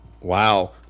wow